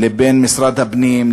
למשרד הפנים,